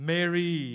Mary